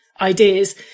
ideas